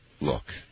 look